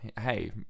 Hey